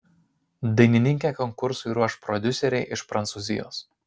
dainininkę konkursui ruoš prodiuseriai iš prancūzijos